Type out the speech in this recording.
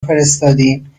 فرستادیم